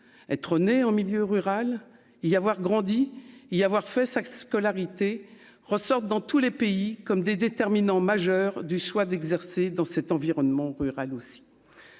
être né en milieu rural, y avoir grandi y avoir fait sa scolarité ressortent dans tous les pays, comme des déterminants majeurs du choix d'exercer dans cet environnement rural aussi,